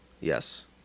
Yes